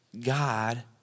God